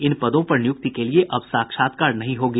इन पदों पर नियुक्ति के लिये अब साक्षात्कार नहीं होगा